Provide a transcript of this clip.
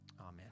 Amen